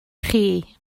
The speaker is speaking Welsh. chi